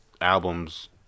albums